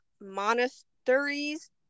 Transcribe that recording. monasteries